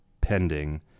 pending